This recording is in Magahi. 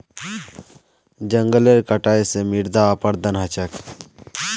जंगलेर कटाई स मृदा अपरदन ह छेक